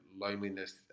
loneliness